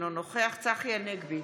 אינו נוכח צחי הנגבי,